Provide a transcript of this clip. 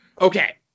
Okay